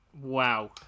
Wow